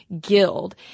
Guild